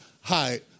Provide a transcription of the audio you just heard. hi